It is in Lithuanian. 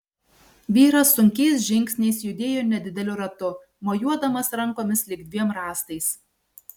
vyras sunkiais žingsniais judėjo nedideliu ratu mojuodamas rankomis lyg dviem rąstais